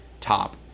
top